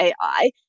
AI